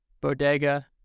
bodega